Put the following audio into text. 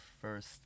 first